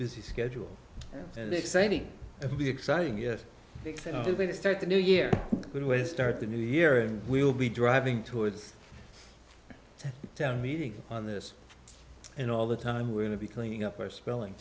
busy schedule and they say me it will be exciting yes big thing to be to start the new year good way to start the new year and we'll be driving towards town meeting on this and all the time we're going to be cleaning up our spelling